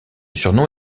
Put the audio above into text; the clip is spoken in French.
surnom